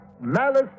malice